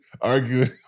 arguing